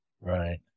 Right